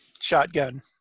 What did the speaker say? shotgun